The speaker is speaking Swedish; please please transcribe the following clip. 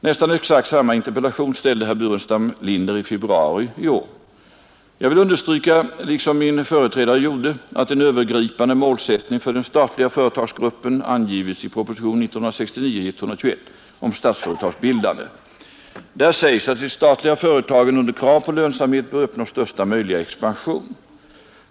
Nästan exakt samma interpellation ställde herr Burenstam Linder i februari i år. Jag vill understryka — liksom min företrädare gjorde — att en övergripande målsättning för den statliga företagsgruppen angivits i propositionen 1969:121 om Statsföretags bildande. Där sägs att de statliga företagen under krav på lönsamhet bör uppnå största möjliga expansion.